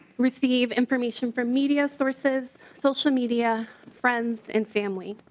receive information from media sources social media friends and family.